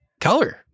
color